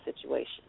situation